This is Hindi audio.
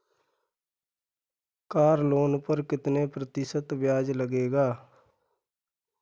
कार लोन पर कितने प्रतिशत ब्याज लगेगा?